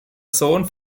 sohn